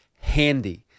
handy